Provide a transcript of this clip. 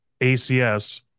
ACS